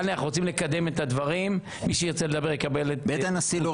יש ממצאים, יש --- עכשיו אתה לא